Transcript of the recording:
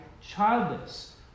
childless